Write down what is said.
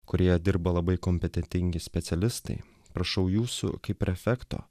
kurioje dirba labai kompetentingi specialistai prašau jūsų kaip prefekto